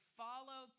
follow